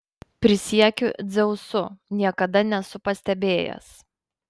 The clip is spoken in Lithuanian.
prisiekiu dzeusu niekada nesu pastebėjęs